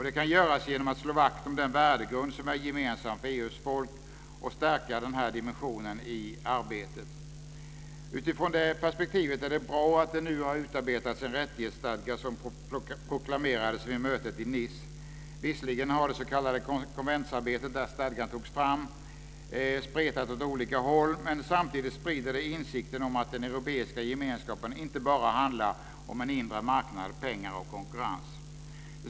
Det kan göras genom att man slår vakt om den värdegrund som är gemensam för EU:s folk och stärker denna dimension i arbetet. Utifrån det perspektivet är det bra att det nu har utarbetats en rättighetsstadga som proklamerades vid mötet i Nice. Visserligen har det s.k. konventsarbetet där stadgan togs fram spretat åt olika håll, men samtidigt sprider det insikten om att den europeiska gemenskapen inte bara handlar om inre marknad, pengar och konkurrens.